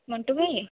ମଣ୍ଟୁ ଭାଇ